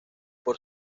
por